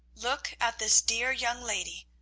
look at this dear young lady,